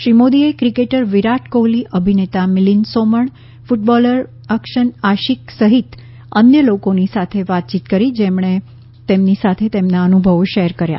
શ્રી મોદીએ ક્રિકેટર વિરાટ કોહલી અભિનેતા મિલિંદ સોમણ ક્રટબોલર અફશન આશીક સહિત અન્ય લોકોની સાથે વાતયીત કરી જેમણે તેમની સાથે તેમના અનુભવો શેર કર્યા